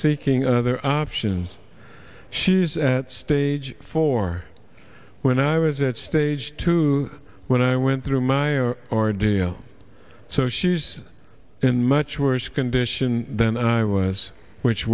seeking another option she's at stage four when i was at stage two when i went through my ordeal so she's in much worse condition than i was which